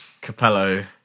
Capello